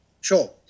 Sure